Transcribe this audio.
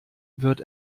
wird